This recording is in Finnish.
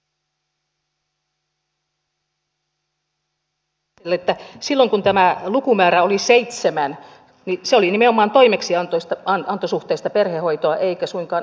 haluan muistuttaa edustaja haataiselle että silloin kun tämä lukumäärä oli seitsemän niin se oli nimenomaan toimeksiantosuhteista perhehoitoa eikä suinkaan ammatillista perhehoitoa